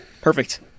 Perfect